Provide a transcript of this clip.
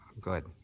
Good